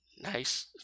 nice